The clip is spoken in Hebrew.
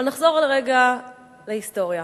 אבל נחזור לרגע להיסטוריה.